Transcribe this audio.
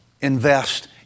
invest